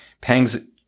Pangs